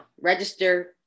Register